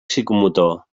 psicomotor